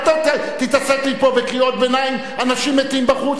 אל תתעסק לי פה בקריאות ביניים "אנשים מתים בחוץ".